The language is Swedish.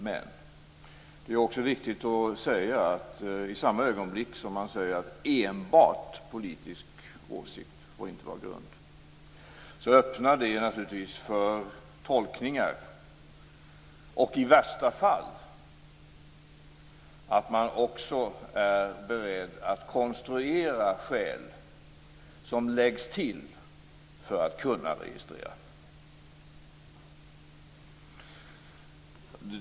Men det är också viktigt att framhålla att i samma ögonblick som man säger att enbart politisk åsikt inte får vara grund för registrering öppnar detta för tolkningar, i värsta fall också för att man är beredd att konstruera skäl som läggs till för att man skall kunna registrera.